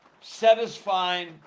satisfying